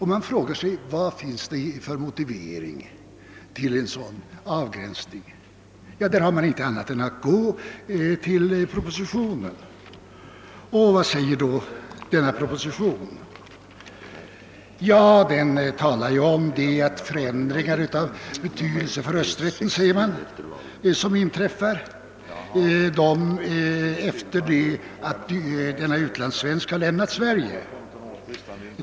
Man frågar sig vad det finns för motivering för en sådan avgränsning. Ja, här har man inte någon annan källa att gå till än propositionen. Vad säger man då i denna? Jo, den talar om de förändringar av betydelse för rösträtten som inträffar efter det att en utlandssvensk lämnat Sverige.